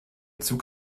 zug